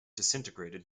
disintegrated